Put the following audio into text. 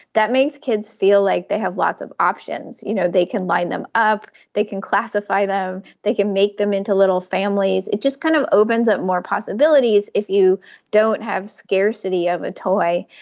that makes kids feel like they have lots of options. you know, they can line them up, they can classify them, they can make them into little families, it just kind of opens up more possibilities if you don't have scarcity of a toy.